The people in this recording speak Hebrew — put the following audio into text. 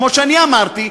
כמו שאני אמרתי,